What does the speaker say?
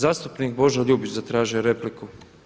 Zastupnik Božo Ljubić zatražio je repliku.